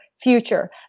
future